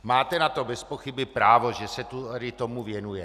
Máte na to bezpochyby právo, že se tady tomu věnujeme.